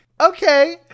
okay